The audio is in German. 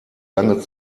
lange